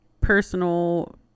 personal